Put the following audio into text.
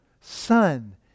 Son